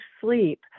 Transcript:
sleep